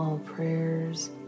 prayers